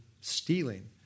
stealing